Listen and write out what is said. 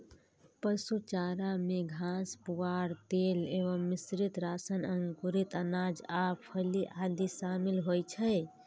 पशु चारा मे घास, पुआर, तेल एवं मिश्रित राशन, अंकुरित अनाज आ फली आदि शामिल होइ छै